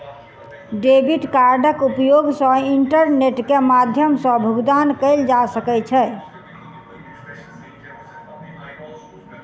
debit कार्डक उपयोग सॅ इंटरनेट के माध्यम सॅ भुगतान कयल जा सकै छै